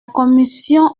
commission